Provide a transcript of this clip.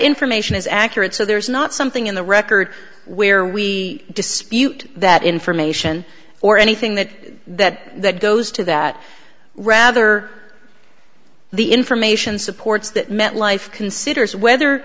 information is accurate so there is not something in the record where we dispute that information or anything that that that goes to that rather the information supports that metlife considers whether